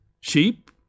Sheep